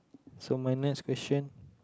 so minus question